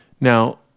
Now